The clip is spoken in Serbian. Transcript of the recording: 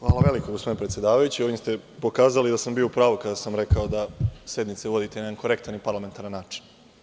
Hvala veliko, gospodine predsedavajući, ovim ste pokazali da sam bio u pravu kada sam rekao da sednice vodite na jedan korektan i parlamentaran način.